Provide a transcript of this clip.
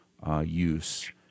Use